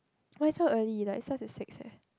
but it's so early like it starts at six eh